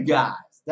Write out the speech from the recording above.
guys